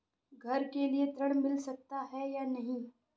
घर के लिए ऋण मिल सकता है या नहीं?